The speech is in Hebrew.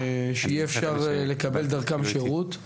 שיהיה אפשר לקבל דרכן שירות.